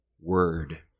word